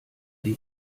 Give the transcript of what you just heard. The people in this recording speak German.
die